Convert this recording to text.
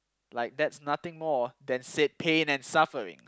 like that's nothing more than said pain and suffering